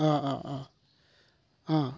অ' অ' অ' অ'